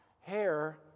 hair